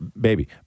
Baby